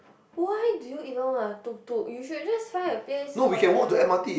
why do you even wanna tuk-tuk you should just find a place hotel